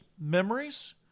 memories